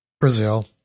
Brazil